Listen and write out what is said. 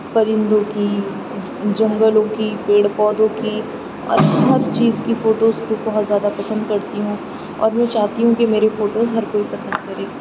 پرندوں کی جنگلوں کی پیڑ پودوں کی اور ہر چیز کی فوٹوز کو بہت زیادہ پسند کرتی ہوں اور میں چاہتی ہوں کہ میری فوٹوز ہر کوئی پسند کرے